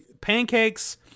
pancakes